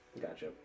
Gotcha